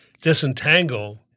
disentangle